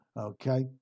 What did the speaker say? Okay